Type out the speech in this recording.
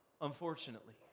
unfortunately